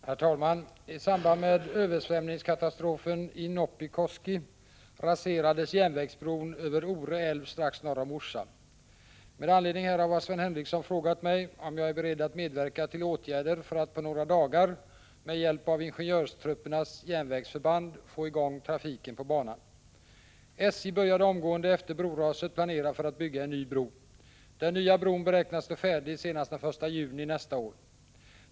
Herr talman! I samband med översvämningskatastrofen i Noppikoski raserades järnvägsbron över Ore älv strax norr om Orsa. SJ började omgående efter broraset planera för att bygga en ny bro. Den nya bron beräknas stå färdig senast den 1 juni nästa år.